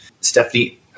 Stephanie